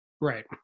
Right